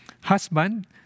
Husband